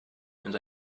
and